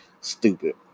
stupid